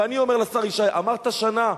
ואני אומר לשר ישי: אמרת שנה?